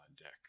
deck